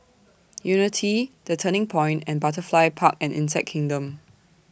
Unity The Turning Point and Butterfly Park and Insect Kingdom